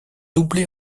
doublés